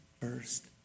first